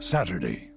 Saturday